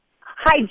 hi